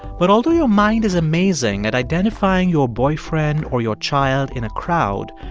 but although your mind is amazing at identifying your boyfriend or your child in a crowd,